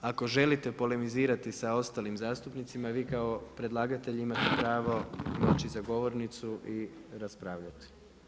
Ako želite polemizirati sa ostalim zastupnicima vi kao predlagatelj imate pravo doći za govornicu i raspravljati.